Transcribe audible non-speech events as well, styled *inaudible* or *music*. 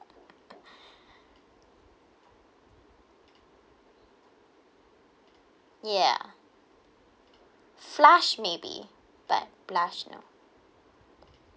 *laughs* *breath* yeah flush maybe but blush no